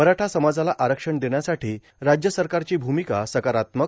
मराठा समाजाला आरक्षण देण्यासाठी राज्य सरकारची भूमिका सकारात्मक